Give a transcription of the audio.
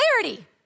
clarity